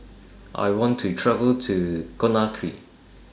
I want to travel to Conakry